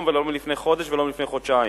ולא מלפני חודש ולא מלפני חודשיים,